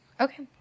Okay